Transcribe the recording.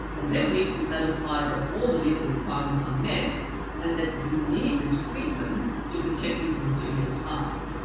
and they would need to be satisfied that all the legal requirements are met and that you need this treatment to protect you from serious harm.